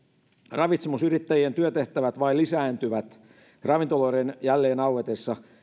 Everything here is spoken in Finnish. ravitsemusyrittäjien työtehtävät vain lisääntyvät ravintoloiden jälleen auetessa